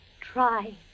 Try